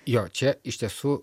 jo čia iš tiesų